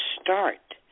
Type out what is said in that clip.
start